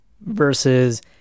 versus